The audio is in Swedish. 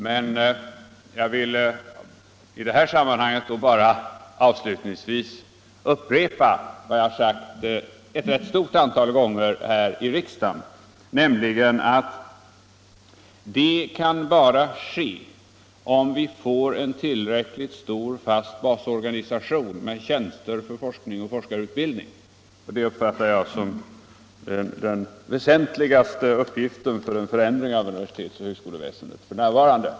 Det kan bara ske — och här upprepar jag avslutningsvis vad jag sagt ett stort antal gånger i riksdagen — om vi får en tillräckligt stor fast basorganisation med tjänster för forskning och forskarutbildning. Jag uppfattar detta som den väsentligaste uppgiften för en förändring av universitetsoch högskoleväsendet f. n.